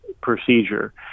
procedure